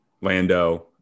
Lando